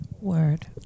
Word